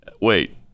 Wait